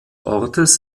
ortes